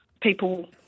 people